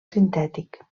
sintètic